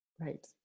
right